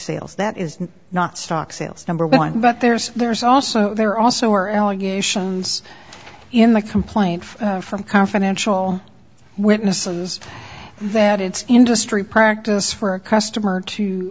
sales that is not stock sales number one but there's there's also there also are allegations in the complaint from confidential witnesses that it's industry practice for a customer to